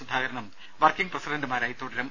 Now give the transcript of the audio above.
സുധാകരനും വർക്കിംഗ് പ്രസിഡന്റുമാരായി തുടരും